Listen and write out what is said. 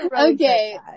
Okay